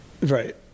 Right